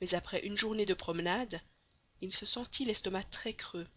mais après une journée de promenade il se sentit l'estomac très creux